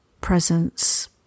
presence